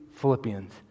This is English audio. Philippians